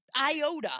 iota